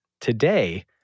today